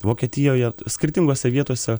vokietijoje skirtingose vietose